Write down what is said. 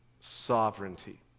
Sovereignty